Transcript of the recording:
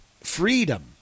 freedom